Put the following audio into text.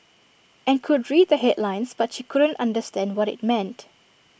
and could read the headlines but she couldn't understand what IT meant